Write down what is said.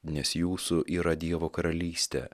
nes jūsų yra dievo karalystė